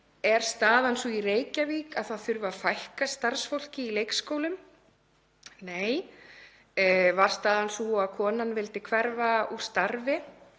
staðan sé sú í Reykjavík að það þurfi að fækka starfsfólki í leikskólum. Nei. Var staðan sú að konan vildi hverfa úr starfi?